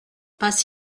pas